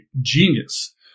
genius